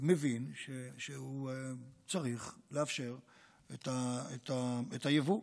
מבין שהוא צריך לאפשר את היבוא.